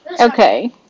okay